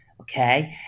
Okay